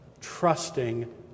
trusting